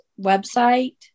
website